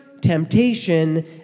temptation